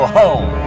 home